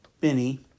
Benny